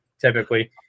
typically